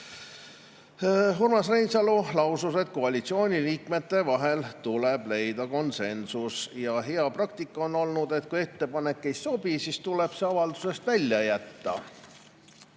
Urmas Reinsalu lausus, et koalitsiooniliikmete vahel tuleb leida konsensus, ja hea praktika on olnud see, et kui ettepanek ei sobi, siis tuleb see avaldusest välja jätta.